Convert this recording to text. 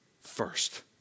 first